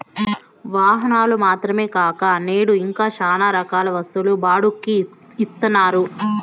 వాహనాలు మాత్రమే కాక నేడు ఇంకా శ్యానా రకాల వస్తువులు బాడుక్కి ఇత్తన్నారు